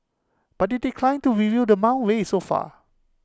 but IT declined to reveal the amount raised so far